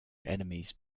enemies